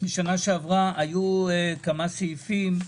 שנה שעברה היו כמה סעיפים,